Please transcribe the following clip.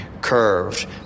curved